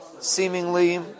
Seemingly